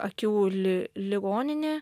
akių li ligoninė